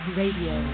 radio